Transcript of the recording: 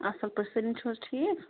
اَصٕل پٲٹھۍ سٲلِم چھُو حظ ٹھیٖک